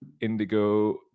Indigo